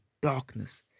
darkness